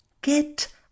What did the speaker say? Get